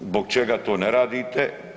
Zbog čega to ne radite?